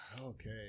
Okay